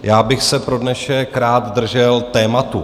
Já bych se pro dnešek rád držel tématu.